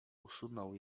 usunął